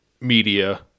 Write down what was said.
media